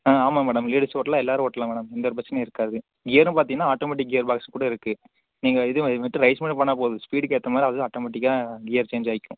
ஆ ஆமாம் madam ladies ஓட்டலாம் எல்லோரும் ஓட்டலாம் மேடம் எந்த ஒரு பிரச்சினையும் இருக்காது கியரும் பார்த்தீங்கன்னா ஆட்டோமேட்டிக் கியர் பார்ட்ஸ் கூட இருக்கும் நீங்கள் இது மட்டும் ரைஸ் மட்டும் பண்ணால் போதும் ஸ்பீடுக்கேற்ற மாதிரி அதுவே ஆட்டோமேட்டிக்கா கியர் சேஞ்ச் ஆயிக்கும்